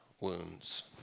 wounds